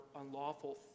unlawful